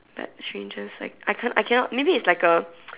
that changes like I can I cannot maybe it's like A